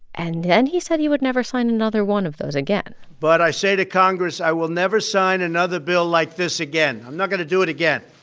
and then he said he would never sign another one of those again but i say to congress i will never sign another bill like this again. i'm not going to do it again.